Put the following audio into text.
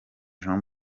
jean